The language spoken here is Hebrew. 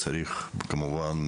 כמובן,